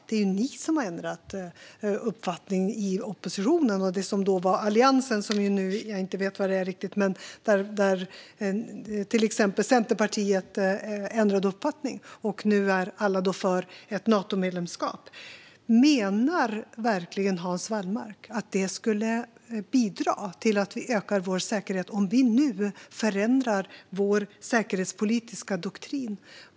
Det är ju ni i oppositionen och det som var Alliansen - som jag nu inte riktigt vet vad det är - som har ändrat uppfattning, till exempel Centerpartiet. Nu är alla för ett Natomedlemskap. Menar Hans Wallmark verkligen att det skulle bidra till att öka vår säkerhet om vi nu förändrar vår säkerhetspolitiska doktrin?